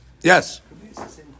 Yes